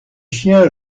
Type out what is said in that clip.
chiens